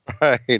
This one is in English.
right